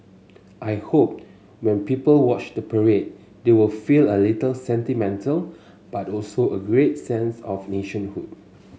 I hope when people watch the parade they will feel a little sentimental but also a great sense of nationhood